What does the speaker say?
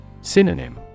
Synonym